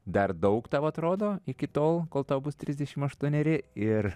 dar daug tau atrodo iki tol kol tau bus trisdešim aštuoneri ir